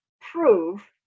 prove